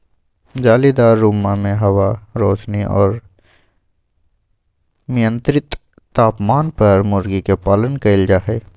जालीदार रुम्मा में हवा, रौशनी और मियन्त्रित तापमान पर मूर्गी के पालन कइल जाहई